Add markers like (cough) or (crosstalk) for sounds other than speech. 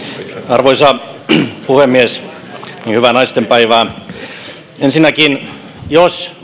arvoisa puhemies hyvää naistenpäivää ensinnäkin jos (unintelligible)